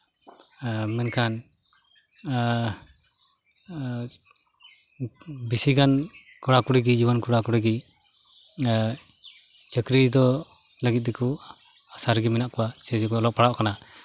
ᱢᱮᱱᱠᱷᱟᱱ ᱵᱮᱥᱤᱜᱟᱱ ᱠᱚᱲᱟᱼᱠᱩᱲᱤ ᱜᱮ ᱡᱩᱣᱟᱹᱱ ᱠᱚᱲᱟ ᱠᱩᱲᱤᱜᱮ ᱪᱟᱹᱠᱨᱤ ᱫᱚ ᱞᱟᱹᱜᱤᱫ ᱛᱮᱠᱚ ᱟᱥᱟ ᱨᱮᱜᱮ ᱢᱮᱱᱟᱜ ᱠᱚᱣᱟ ᱥᱮᱠᱚ ᱚᱞᱚᱜ ᱯᱟᱲᱦᱟᱜ ᱠᱟᱱᱟ